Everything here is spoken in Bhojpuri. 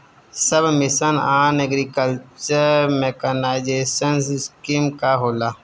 सब mission on agriculture mechanization scheme का होला?